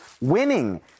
winning